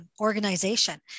organization